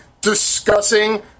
discussing